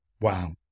Wow